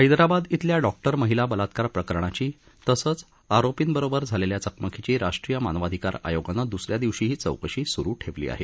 हैद्राबाद इथल्या डॉक्टर महिला बलात्कार प्रकरणाची तसंच आरोपींबरोबर झालेल्या चकमकीची राष्ट्रीय मानवाधिकार आयोगानं द्सऱ्या दिवशीही चौकशी स्रु ठेवली आहे